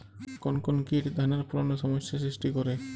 কোন কোন কীট ধানের ফলনে সমস্যা সৃষ্টি করে?